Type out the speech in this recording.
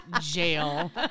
jail